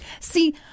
See